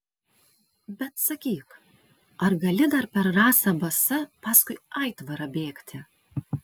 bet sakyk ar gali dar per rasą basa paskui aitvarą bėgti